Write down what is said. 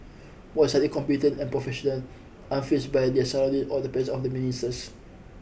was highly competent and professional unfazed by their surrounding or the presence of the